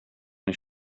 his